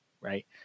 right